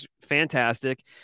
Fantastic